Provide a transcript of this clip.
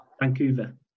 Vancouver